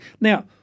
Now